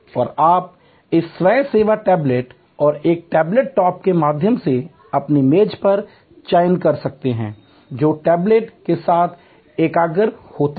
और आप इस स्वयं सेवा टैबलेट और एक टेबल टॉप के माध्यम से अपनी मेज पर चयन कर सकते हैं जो टैबलेट के साथ एकीकृत होता है